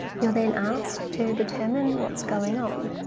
you're then asked to determine what's going on.